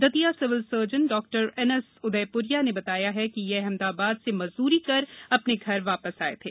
Datia civil surgeon ॉ N S Udaypriya ने बताया कि ये अहमदाबाद से मजदूरी कर अपने घर वापस आये थे